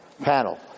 panel